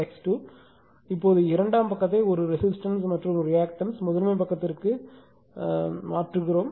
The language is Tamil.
எனவே இப்போது இரண்டாம் பக்கத்தை ஒரு ரெசிஸ்டன்ஸ் மற்றும் ரியாக்டன்ஸ் முதன்மை பக்கத்திற்கு மாற்றப்பட்டது என்று அழைக்கிறோம்